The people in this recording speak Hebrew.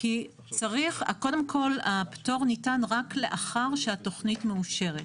קודם כל, הפטור ניתן רק לאחר שהתכנית מאושרת.